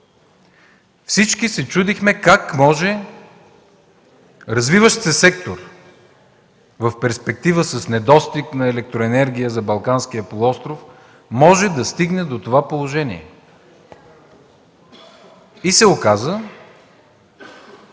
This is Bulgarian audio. Всички се чудехме как развиващ се сектор в перспектива, с недостиг на електроенергия за Балканския полуостров, може да стигне до това положение. Оказа